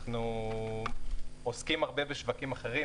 אנחנו עוסקים הרבה בשווקים אחרים,